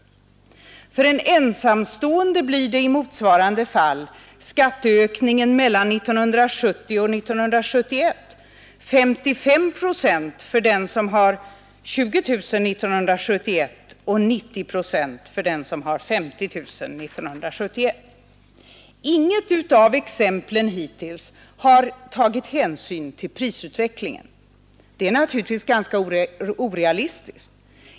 För en ensamstående blir i motsvarande fall skatteökningen mellan 1970 och 1971 55 procent för den som har 20 000 år 1971 och 90 procent för den som har 50 000 1971. Inget av exemplen hittills har tagit hänsyn till prisutvecklingen. Det är naturligtvis ganska orealistiskt.